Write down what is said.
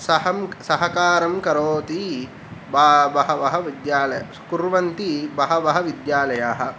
सहं सहकारं करोति ब बहवः विद्यालय कुर्वन्ति बहवः विद्यालयाः